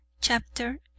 chapter